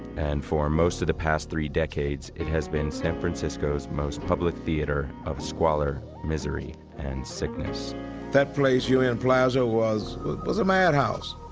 and for most of the past three decades, it has been san francisco's most public theater of squalor, misery, and sickness that place, un plaza, was a madhouse!